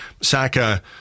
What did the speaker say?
Saka